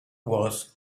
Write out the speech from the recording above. was